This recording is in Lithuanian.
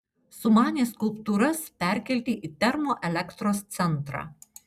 sumanė skulptūras perkelti į termoelektros centrą